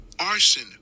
arson